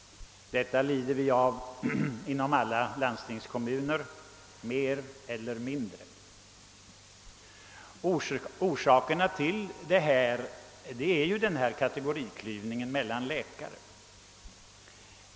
Inom alla landstingskommuner lider vi mer eller mindre av detta. Orsaken till detta är kategoriklyvningen mellan läkarna.